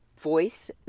voice